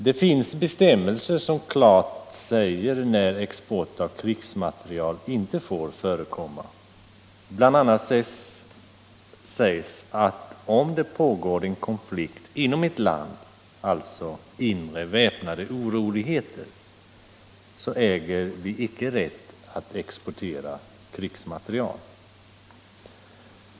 Det finns bestämmelser som klart säger när export av krigsmateriel inte får förekomma. BI. a. sägs klart, att om det pågår en konflikt inom ett land, alltså inre väpnade oroligheter, så äger vi icke rätt att exportera krigsmateriel.